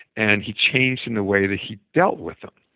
and he changed and the way that he dealt with them.